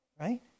right